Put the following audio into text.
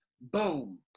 Boom